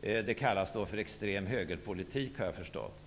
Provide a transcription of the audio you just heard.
Det kallas då för extrem högerpolitik, har jag förstått.